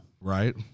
Right